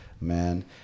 man